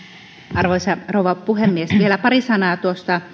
arvoisa rouva puhemies vielä pari sanaa